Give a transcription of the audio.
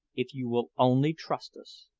if you will only trust us.